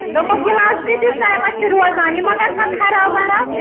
دوٚپمو گِلاس کۭتِس ٹایمَس چھِ روزان یہِ ما گژھان خراب وَراب